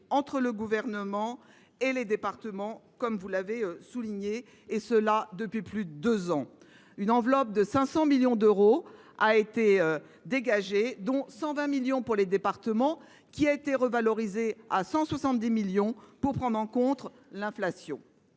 entre le Gouvernement et les départements, comme vous l’avez souligné. Une enveloppe de 500 millions d’euros a été dégagée, dont 120 millions pour les départements, qui a été revalorisée à 170 millions pour prendre en compte l’inflation.